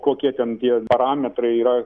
kokie ten tie parametrai yra